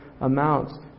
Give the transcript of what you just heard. amounts